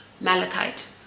malachite